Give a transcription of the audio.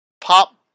pop